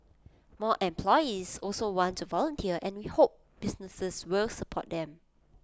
more employees also want to volunteer and we hope businesses will support them